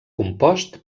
compost